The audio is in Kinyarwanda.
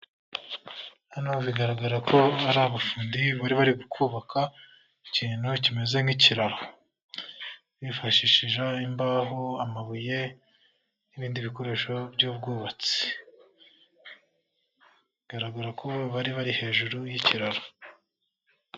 Hano bigaragara ko ari abafundi bari bari kubaka ikintu kimeze nk'ikiraro, bifashishije imbaho, amabuye n'ibindi bikoresho by'ubwubatsi. Bigaragara ko bari bari hejuru y'ikiraro.